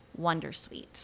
Wondersuite